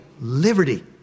liberty